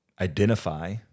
Identify